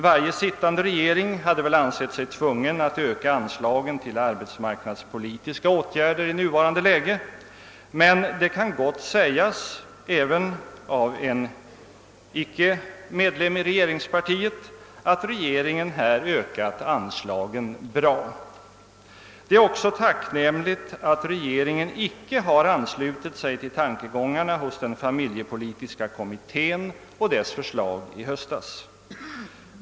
Varje sittande regering hade väl ansett sig tvungen att öka anslagen till arbetsmarknadspolitiska åtgärder i nuvarande läge, men det kan gott sägas även av en icke medlem i regeringspartiet, att regeringen här ökat anslagen bra. Det är också tacknämligt att regeringen icke har anslutit sig till tankegångarna hos den familjepolitiska kommittén och dess förslag i höstas.